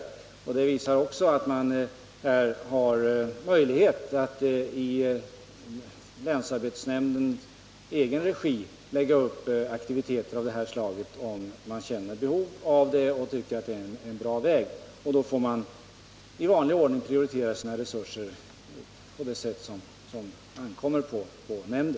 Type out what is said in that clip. Detta visar att man i länsarbetsnämndens egen regi kan ordna aktiviteter av det här slaget, om man känner att det finns ett behov och om man tycker att det är en bra väg. Sedan får nämnden i vanlig ordning prioritera resurserna.